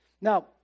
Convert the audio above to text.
Now